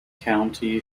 county